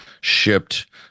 shipped